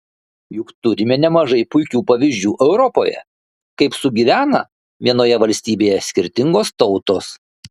juk turime nemažai puikių pavyzdžių europoje kaip sugyvena vienoje valstybėje skirtingos tautos